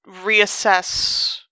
reassess